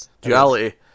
Duality